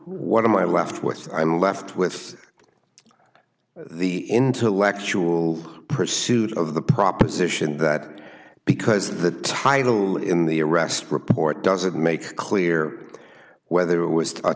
what am i left with i'm left with the intellectual pursuit of the proposition that because the title in the arrest report doesn't make clear whether it was